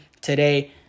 today